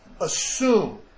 Assume